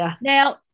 Now